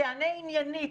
תענה עניינית,